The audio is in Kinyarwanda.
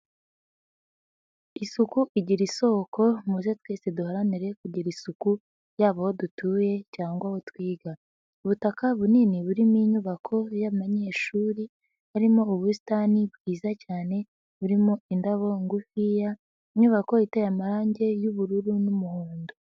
Isuku igira isoko muze twese duharanire kugira isuku yabo aho dutuye cyangwa aho twiga, ubutaka bunini burimo inyubako y'abanyeshuri, harimo ubusitani bwiza cyane burimo indabo ngufiya, inyubako iteye amarange y'ubururu n'umuhondo.